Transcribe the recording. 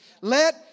Let